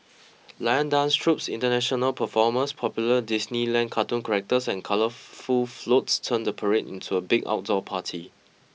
lion dance troupes international performers popular Disneyland cartoon characters and colourful floats turn the parade into a big outdoor party